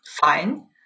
fine